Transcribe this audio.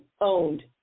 owned